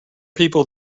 people